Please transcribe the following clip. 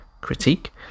critique